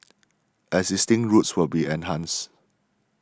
existing routes will be enhanced